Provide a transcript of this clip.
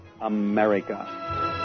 America